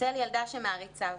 ניצל ילדה שמעריצה אותו.